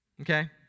Okay